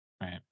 right